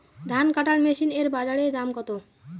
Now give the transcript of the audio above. ধান কাটার মেশিন এর বাজারে দাম কতো?